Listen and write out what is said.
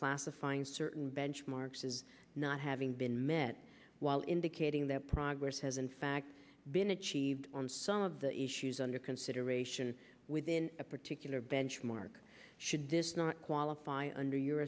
classifying certain benchmarks is not having been met while indicating that progress has in fact been achieved on some of the issues under consideration within a particular benchmark should this not qualify under your